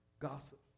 Gossip